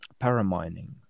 paramining